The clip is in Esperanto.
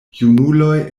junuloj